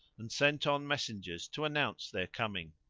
and sent on messengers to announce their coming.